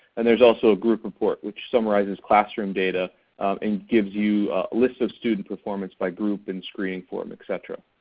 and there's also a group report which summarized classroom data and gives you a list of student performance by group and screening form, et cetera.